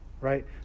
right